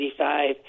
1985